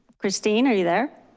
christine, are you there?